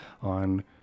on